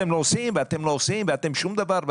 אתם לא עושים ואתם לא עושים ואתם שום דבר.